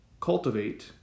cultivate